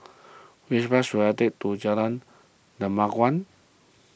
which bus should I take to Jalan Dermawan